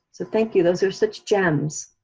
so thank you, those are such gems.